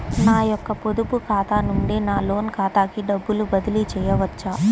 నా యొక్క పొదుపు ఖాతా నుండి నా లోన్ ఖాతాకి డబ్బులు బదిలీ చేయవచ్చా?